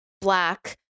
black